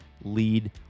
lead